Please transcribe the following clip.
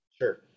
sure